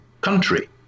country